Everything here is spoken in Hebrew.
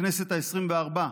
הכנסת העשרים-וארבע,